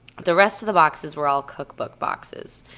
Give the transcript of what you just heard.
the rest of the boxes were all cookbook boxes,